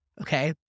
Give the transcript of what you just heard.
Okay